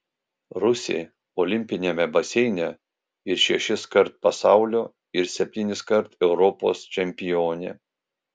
rusė olimpiniame baseine ir šešiskart pasaulio ir septyniskart europos čempionė